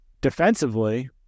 Defensively